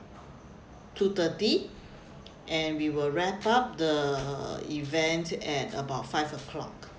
two thirty and we will wrap up the events at about five o'clock